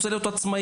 רוצה להיות עצמאי.